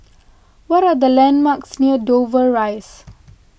what are the landmarks near Dover Rise